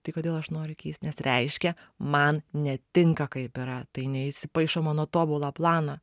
tai kodėl aš noriu jį keist nes reiškia man netinka kaip yra tai neįsipaišo į mano tobulą planą